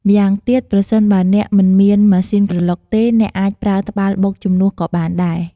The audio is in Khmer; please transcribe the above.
ម្យ៉ាងទៀត ប្រសិនបើ អ្នកមិនមានម៉ាស៊ីនក្រឡុកទេ អ្នកអាចប្រើត្បាល់បុកជំនួសក៏បានដែរ។